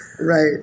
Right